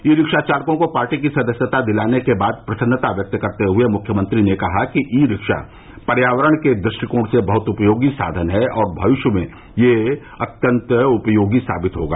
ई rickshaw चालकों को party की सदस्यता दिलाने के बाद प्रसन्नता व्यक्त करते हुए मुख्यमंत्री ने कहा कि ई रिक्शा पर्यावरण के दृष्टिकोण से बहुत उपयोगी साधन है और भविष्य में यह बहुत उपयोगी साबित होगा